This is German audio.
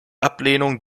ablehnung